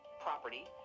property